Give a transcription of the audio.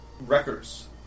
Wreckers